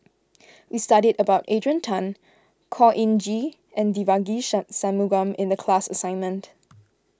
we studied about Adrian Tan Khor Ean Ghee and Devagi Sanmugam in the class assignment